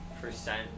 percent